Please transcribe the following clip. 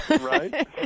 Right